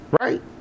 Right